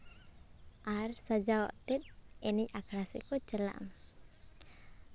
ᱟᱨ ᱥᱟᱡᱟᱣ ᱟᱛᱮᱫ ᱮᱱᱮᱡ ᱟᱠᱷᱲᱟ ᱥᱮᱫ ᱠᱚ ᱪᱟᱞᱟᱜᱼᱟ